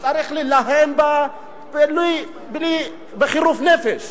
צריך להילחם בה בחירוף נפש,